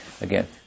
again